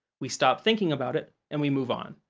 we stop thinking about it, and we move on.